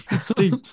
Steve